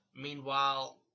meanwhile